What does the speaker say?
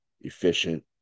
efficient